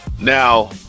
Now